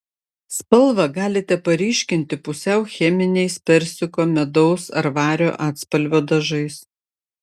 spalvą galite paryškinti pusiau cheminiais persiko medaus ar vario atspalvio dažais